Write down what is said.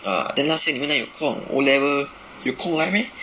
ah then 那时你们哪里有空 O level 有空来 meh